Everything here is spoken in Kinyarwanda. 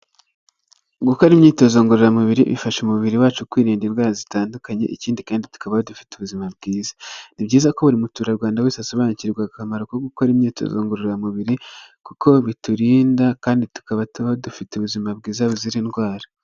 Gukora imyitozo ngororamubiri bifasha umubiri wacu kwirinda indwara zitandukanye, ikindi kandi tukabaho dufite ubuzima bwiza. Ni byiza ko buri muturarwanda wese asobanukirwa akamaro ko gukora imyitozo ngororamubiri, kuko biturinda kandi tukaba tubaho dufite ubuzima bwiza buzira indwara.